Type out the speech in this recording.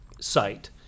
site